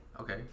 Okay